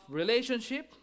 relationship